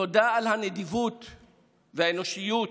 תודה על הנדיבות והאנושיות,